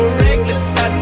reckless